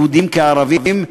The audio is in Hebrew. יהודים כערבים,